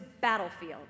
battlefield